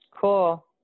Cool